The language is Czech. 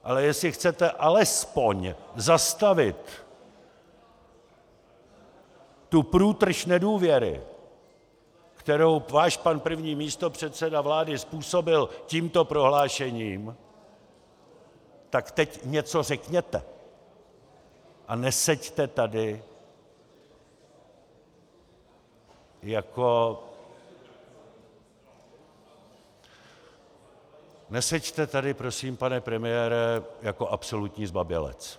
Ale jestli chcete alespoň zastavit tu průtrž nedůvěry, kterou váš pan první místopředseda vlády způsobil tímto prohlášením, tak teď něco řekněte a neseďte tady jako... neseďte tady, prosím, pane premiére, jako absolutní zbabělec.